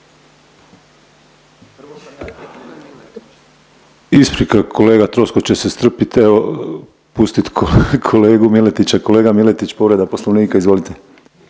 Isprika, kolega Troskot će se strpit, evo pustit kolegu Miletića, kolega Miletić povreda Poslovnika, izvolite.